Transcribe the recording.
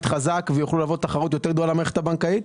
חזק ויוכלו להוות תחרות יותר גדולה במערכת הבנקאית.